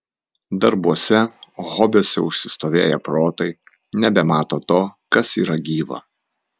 darbuose hobiuose užsistovėję protai nebemato to kas yra gyva